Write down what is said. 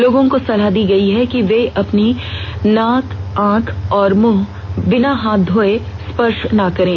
लोगों को सलाह दी गई है कि वे अपनी आंख नाक और मुंह बिना हाथ धोये स्पर्श न करें